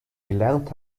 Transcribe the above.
gelernt